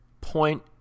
point